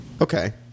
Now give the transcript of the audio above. Okay